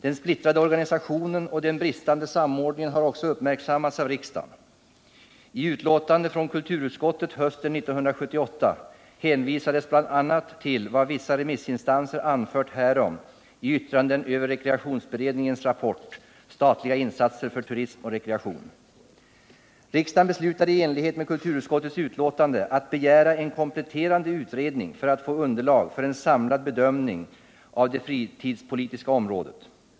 Den splittrade organisationen och den bristande samordningen har också uppmärksammats av riksdagen. I betänkande från kulturutskottet hösten 1978 hänvisades bl.a. till vad vissa remissinstanser anfört härom i yttranden över rekreationsberedningens rapport Statliga insatser för turism och rekreation. Riksdagen beslutade i enlighet med kulturutskottets betänkande att begära en kompletterande utredning för att få underlag för en samlad bedömning av det fritidspolitiska området.